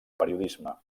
periodisme